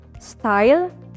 style